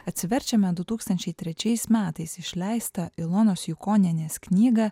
atsiverčiame du tūkstančiai trečiais metais išleistą ilonos jukonienės knygą